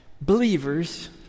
believers